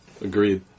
Agreed